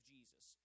Jesus –